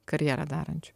karjerą darančių